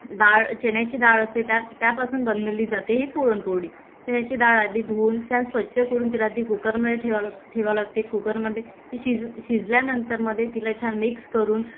डाळ चण्याची डाळ असते त्या त्यापासून बनलेली जाते ही पुरणपोळी चण्याची डाळ आधी धुवून छान स्वच्छ करून तिला आधी कुकरमध्ये ठेवा ठेवा लागते कुकरमध्ये ती शिज शिजल्यानंतरमध्ये तिला छान मिक्स करून